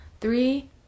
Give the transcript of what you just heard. Three